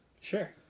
Sure